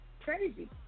Crazy